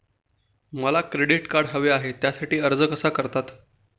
मला credit card हवे आहे त्यासाठी अर्ज कसा करतात?